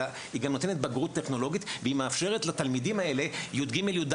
אלא היא גם נותנת בגרות טכנולוגית והיא מאפשרת לתלמידים האלה יג'-יד',